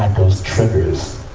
and those triggers,